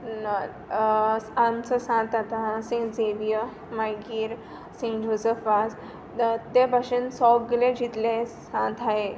सांतचो सांत आतां saint Xavier मागीर सेंट जोजफ वाझ ते भाशेन सोगले जितले सांत आहाय